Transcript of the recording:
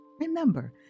Remember